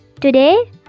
Today